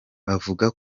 bavuga